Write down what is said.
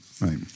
Right